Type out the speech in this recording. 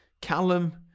Callum